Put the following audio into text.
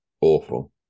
awful